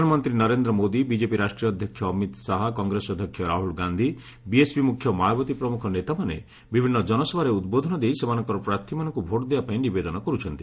ପ୍ରଧାନମନ୍ତ୍ରୀ ନରେନ୍ଦ୍ରମୋଦି ବିଜେପି ରାଷ୍ଟ୍ରୀୟ ଅଧ୍ୟକ୍ଷ ଅମିତ ଶାହା କଂଗ୍ରେସ ଅଧ୍ୟକ୍ଷ ରାହୁଳ ଗାନ୍ଧୀ ବିଏସ୍ପି ମୁଖ୍ୟ ମାୟାବତୀ ପ୍ରମୁଖ ନେତାମାନେ ବିଭିନ୍ନ ଜନସଭାରେ ଉଦ୍ବୋଧନ ଦେଇ ସେମାନଙ୍କର ପ୍ରାର୍ଥୀମାନଙ୍କୁ ଭୋଟ୍ ଦେବାପାଇଁ ନିବେଦନ କରୁଛନ୍ତି